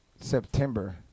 September